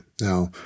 Now